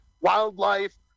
wildlife